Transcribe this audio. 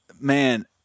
man